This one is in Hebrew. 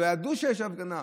לא ידעו שיש הפגנה.